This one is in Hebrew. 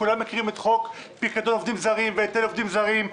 כולם מכירים את חוק פיקדון עובדים זרים ואת היטל עובדים זרים,